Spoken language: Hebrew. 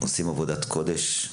אתם עושים עבודת קודש.